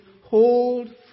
Hold